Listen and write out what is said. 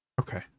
okay